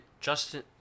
Justin